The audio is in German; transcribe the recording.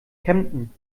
kempten